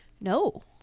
No